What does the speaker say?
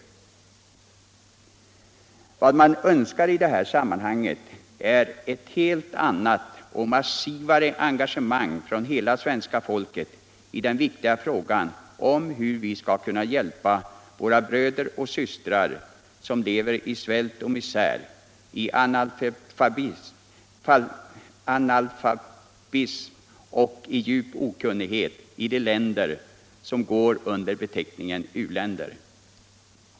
Internationellt utvecklingssamar Vad man önskar i det här sammanhanget är ctt helt annat och massivare engagemang från hela svenska folket i den viktiga frågan om hur vi skall kunna hjälpa våra bröder och systrar som lever i svält och misär, i analfabetism och i djup okunnighet i de länder som går under beteckningen u-länder.